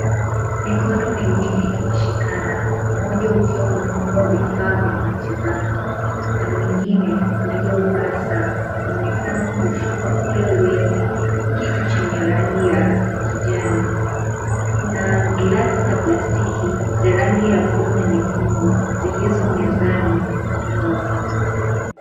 Mikono miwili ikishikana, mmoja ukiwa umefungua vifaa vya matibabu na mwingine uliovaa saa, unaonekana ukiushika ule wenye kitu chenye rangi ya kijani. Kuna glasi za plastiki za rangi ya bluu na nyekundu zilizo mezani nyuma.